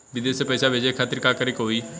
विदेश मे पैसा भेजे खातिर का करे के होयी?